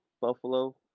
Buffalo